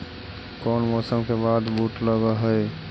कोन मौसम के बाद बुट लग है?